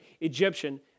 Egyptian